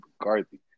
McCarthy